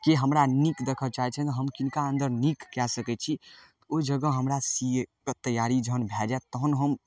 के हमरा नीक देखऽ चाहै छथि हम किनका अन्दर नीक कए सकय छी ओइ जगह हमरा सी ए के तैयारी जहन भए जायत तहन हम